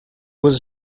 was